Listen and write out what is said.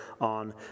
on